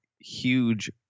huge